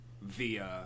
via